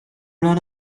run